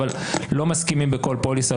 אבל לא מסכימים בכל פוליסה,